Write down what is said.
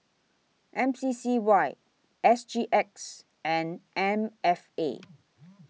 M C C Y S G X and M F A